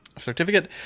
Certificate